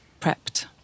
prepped